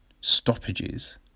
stoppages